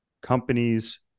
companies